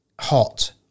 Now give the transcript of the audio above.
hot